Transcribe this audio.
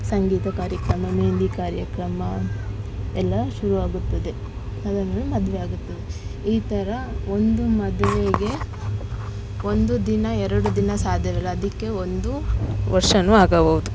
ಸಂಗೀತ ಕಾರ್ಯಕ್ರಮ ಮೆಹೆಂದಿ ಕಾರ್ಯಕ್ರಮ ಎಲ್ಲ ಶುರು ಆಗುತ್ತದೆ ಅದಾದ ಮೇಲೆ ಮದುವೆ ಆಗುತ್ತದೆ ಈ ಥರ ಒಂದು ಮದುವೆಗೆ ಒಂದು ದಿನ ಎರಡು ದಿನ ಸಾಧ್ಯ ಇರೋಲ್ಲ ಅದಕ್ಕೆ ಒಂದು ವರ್ಷನು ಆಗಬೌದು